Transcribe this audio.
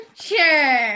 Sure